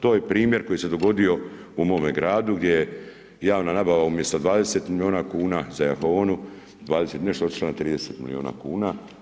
To je primjer koji se dogodio u mome gradu gdje je javna nabava umjesto 20 milijuna kuna za jahaonu, 20 i nešto, otišla na 30 milijuna kuna.